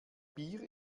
bier